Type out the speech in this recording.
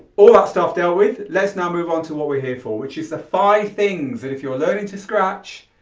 all that stuff dealt with let's now move on to what we're here for, which is the five things that if you're learning to scratch,